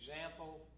example